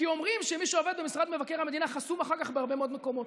כי אומרים שמי שעובד במשרד מבקר המדינה חסום אחר כך בהרבה מאוד מקומות.